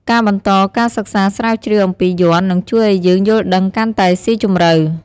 ការបន្តការសិក្សាស្រាវជ្រាវអំពីយ័ន្ត នឹងជួយឱ្យយើងយល់ដឹងកាន់តែស៊ីជម្រៅ។